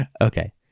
Okay